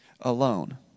alone